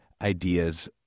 ideas